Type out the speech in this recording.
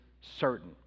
certain